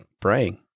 praying